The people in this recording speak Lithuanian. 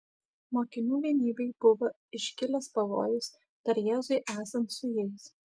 mokinių vienybei buvo iškilęs pavojus dar jėzui esant su jais